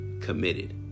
committed